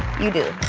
you do.